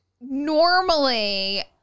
normally